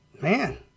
man